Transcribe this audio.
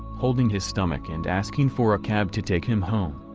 holding his stomach and asking for a cab to take him home.